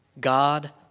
God